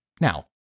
now